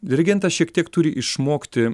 dirigentas šiek tiek turi išmokti